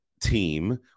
team